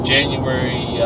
January